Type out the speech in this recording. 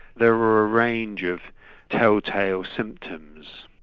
there are a range of tell-tale symptoms.